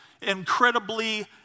incredibly